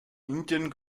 indien